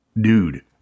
Dude